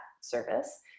service